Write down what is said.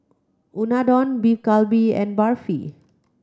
Unadon Beef Galbi and Barfi